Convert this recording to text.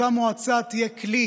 ואותה מועצה תהיה כלי